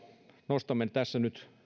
nostamme tässä nyt